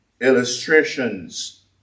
illustrations